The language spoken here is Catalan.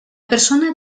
persona